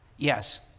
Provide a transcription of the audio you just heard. Yes